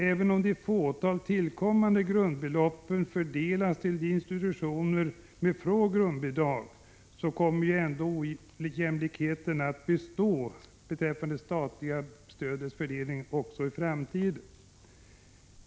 Även om de få tillkommande grundbeloppen fördelas till institutioner med ringa grundbidrag kommer ojämlikheten att bestå också i framtiden beträffande det statliga stödets fördelning.